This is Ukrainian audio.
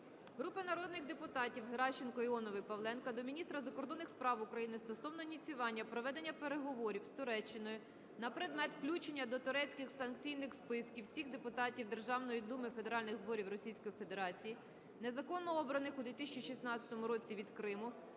Групи народних депутатів (Геращенко, Іонової, Павленка) до міністра закордонних справ України стосовно ініціювання проведення переговорів з Туреччиною на предмет включення до турецьких санкційних списків всіх депутатів Державної Думи Федеральних Зборів Російської Федерації, незаконно обраних у 2016 році від Криму,